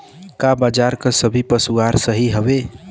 का बाजार क सभी पशु आहार सही हवें?